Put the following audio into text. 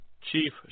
Chief